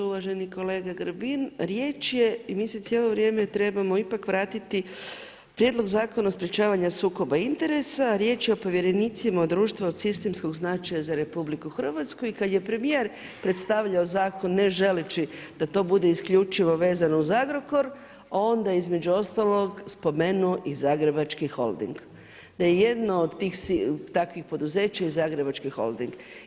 Uvaženi kolega Grbin, riječ je i mi se cijelo vrijeme trebamo ipak vratiti Prijedlog Zakona o sprječavanju sukoba interesa, riječ je o povjerenicima u društvima od sistemskog značaja za RH i kad je premijer predstavljao zakon ne želeći da to bude isključivo vezano uz Agrokor, onda je između ostalo spomenuo i Zagrebački holding, da je jedno od takvih poduzeća i Zagrebački holding.